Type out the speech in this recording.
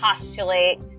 postulate